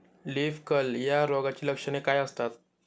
Leaf curl या रोगाची लक्षणे काय असतात?